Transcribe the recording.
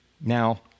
Now